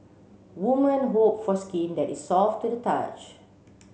woman hope for skin that is soft to the touch